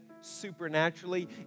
supernaturally